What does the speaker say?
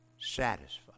satisfied